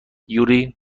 یوری